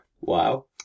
Wow